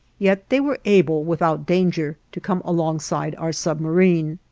yet they were able, without danger, to come alongside our submarine.